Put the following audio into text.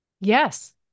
Yes